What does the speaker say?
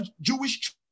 Jewish